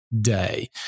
day